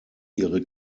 ihre